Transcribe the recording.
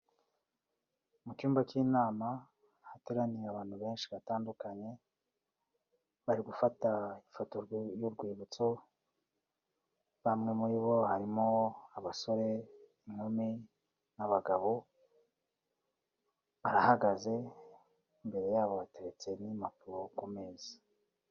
Mu cyumba cy'inama hateraniye abantu benshi batandukanye, bari gufata ifoto y'urwibutso, bamwe muri bo harimo abasore, inkumi n'abagabo, barahagaze, imbere yabo hateretse n'impapuro ku meza.